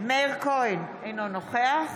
מאיר כהן, אינו נוכח